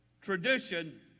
tradition